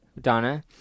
Donna